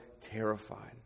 terrified